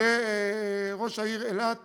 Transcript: לראש העיר אילת